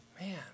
man